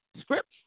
scripts